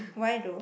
why though